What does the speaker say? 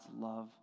love